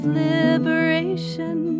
liberation